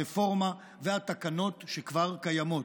הרפורמה והתקנות שכבר קיימות.